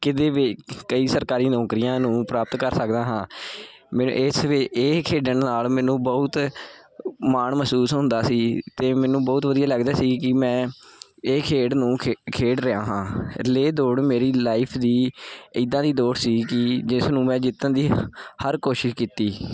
ਕਿਤੇ ਵੀ ਕਈ ਸਰਕਾਰੀ ਨੌਕਰੀਆਂ ਨੂੰ ਪ੍ਰਾਪਤ ਕਰ ਸਕਦਾ ਹਾਂ ਮੈਂ ਇਸ ਵੇ ਇਹ ਖੇਡਣ ਨਾਲ ਮੈਨੂੰ ਬਹੁਤ ਮਾਣ ਮਹਿਸੂਸ ਹੁੰਦਾ ਸੀ ਅਤੇ ਮੈਨੂੰ ਬਹੁਤ ਵਧੀਆ ਲੱਗਦਾ ਸੀ ਕਿ ਮੈਂ ਇਹ ਖੇਡ ਨੂੰ ਖੇ ਖੇਡ ਰਿਹਾ ਹਾਂ ਰਿਲੇਅ ਦੌੜ ਮੇਰੀ ਲਾਈਫ ਦੀ ਇੱਦਾਂ ਦੀ ਦੌੜ ਸੀ ਕਿ ਜਿਸ ਨੂੰ ਮੈਂ ਜਿੱਤਣ ਦੀ ਹਰ ਕੋਸ਼ਿਸ਼ ਕੀਤੀ